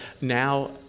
now